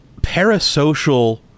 parasocial